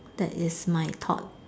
that is my thought